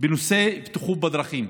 בנושא הבטיחות בדרכים.